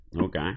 Okay